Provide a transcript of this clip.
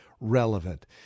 relevant